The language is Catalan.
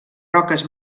roques